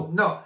no